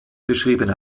beschriebene